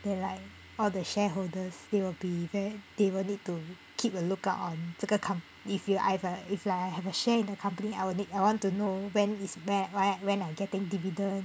they like all the shareholders they will be very they will need to keep a lookout on 这个 com~ if you I've it's like if I have a share in the company I'll nee~ I want to know when it's bad why when I'm getting dividend